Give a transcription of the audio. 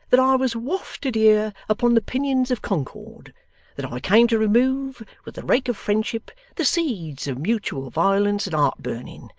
that i was wafted here upon the pinions of concord that i came to remove, with the rake of friendship, the seeds of mutual violence and heart-burning,